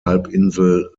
halbinsel